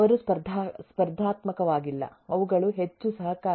ಅವರು ಸ್ಪರ್ಧಾತ್ಮಕವಾಗಿಲ್ಲಅವುಗಳು ಹೆಚ್ಚು ಸಹಕಾರಿ